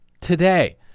today